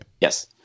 Yes